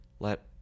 let